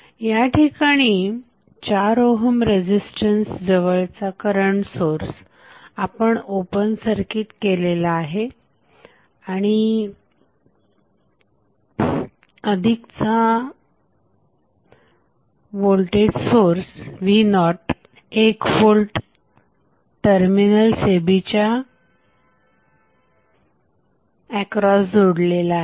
या ठिकाणी 4 ohm resistance जवळचा करंट सोर्स आपण ओपन सर्किट केलेला आहे आणि अधिकचा voltage source v01V terminals a b च्या एक्रॉस जोडलेला आहे